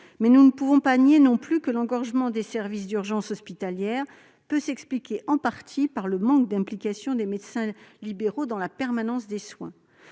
Mais nous ne pouvons pas nier non plus que l'engorgement des services d'urgences hospitalières peut s'expliquer, en partie, par le manque d'implication des médecins libéraux dans la permanence des soins.